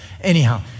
Anyhow